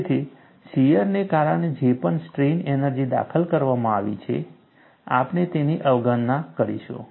તેથી શિયરને કારણે જે પણ સ્ટ્રેઇન એનર્જી દાખલ કરવામાં આવી છે આપણે તેની અવગણના કરીશું